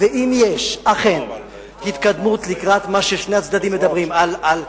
ואם יש אכן התקדמות לקראת מה ששני הצדדים מדברים עליו,